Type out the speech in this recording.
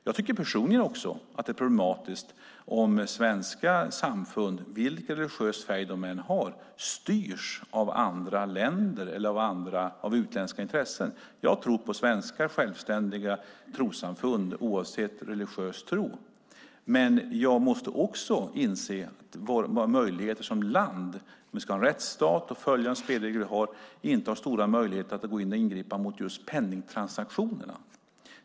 Jag tycker personligen att det är problematiskt om svenska samfund, vilken religiös färg de än har, styrs av andra länder eller av utländska intressen. Jag tror på svenska självständiga trossamfund oavsett religiös tro, men jag måste inse att vi som land, om vi ska vara en rättsstat och följa de spelregler som finns, inte har stora möjligheter att ingripa mot just penningtransaktioner.